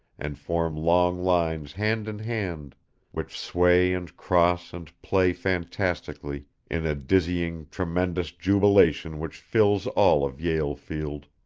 and form long lines hand in hand which sway and cross and play fantastically in a dizzying, tremendous jubilation which fills all of yale field.